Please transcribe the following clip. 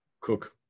Cook